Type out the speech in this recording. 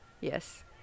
yes